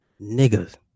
Niggas